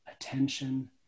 attention